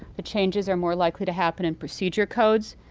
the changes are more likely to happen in procedure codes.